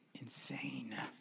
insane